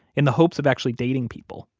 in the hopes of actually dating people.